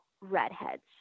redheads